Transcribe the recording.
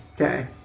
Okay